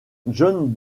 john